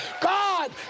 God